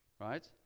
right